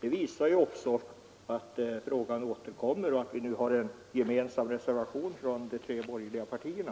det visar sig också genom att frågan återkommer och att vi nu har en gemensam reservation från de tre borgerliga partierna.